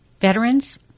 Veterans